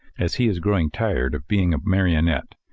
as he is growing tired of being a marionette,